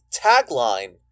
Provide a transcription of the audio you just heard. tagline